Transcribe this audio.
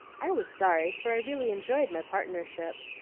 i was sorry, for i really enjoyed my partnership.